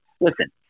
listen